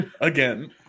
Again